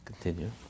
Continue